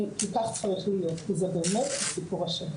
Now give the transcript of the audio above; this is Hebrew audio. כי כך צריך להיות, כי באמת זה הסיפור השלם.